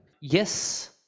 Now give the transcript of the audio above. Yes